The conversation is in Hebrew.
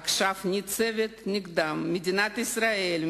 עכשיו ניצבת נגדם מדינת ישראל,